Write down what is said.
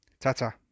Ta-ta